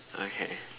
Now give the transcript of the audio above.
okay